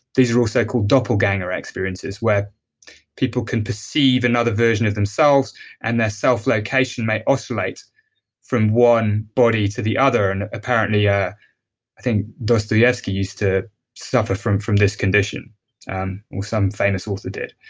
these are also called doppelganger experiences where people can perceive another version of themselves and their self-location may oscillate from one body to the other and apparently, yeah i think dostoyevsky used to suffer from from this condition, or some famous author did.